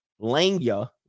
Langya